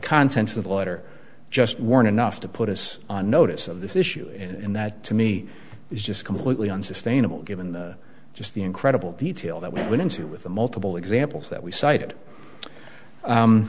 contents of the letter just weren't enough to put us on notice of this issue and that to me is just completely unsustainable given the just the incredible detail that we went into with the multiple examples that we cited